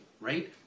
right